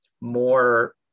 more